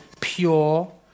pure